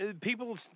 people